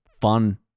fun